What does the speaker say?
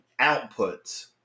outputs